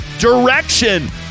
direction